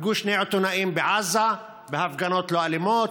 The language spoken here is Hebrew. הרגו שני עיתונאים בעזה, בהפגנות לא אלימות,